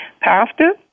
Pastor